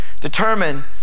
determine